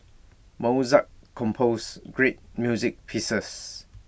Mozart composed great music pieces